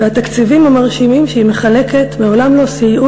והתקציבים המרשימים שהיא מחלקת מעולם לא סייעו